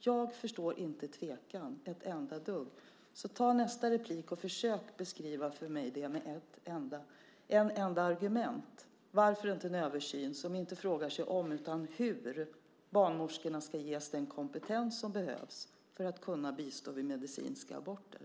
Jag förstår inte tvekan. Ta nästa replik och försök beskriva det för mig med ett enda argument. Varför inte en översyn som inte frågar om, utan hur, barnmorskorna ska ges den kompetens som behövs för att kunna bistå vid medicinska aborter?